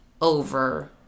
over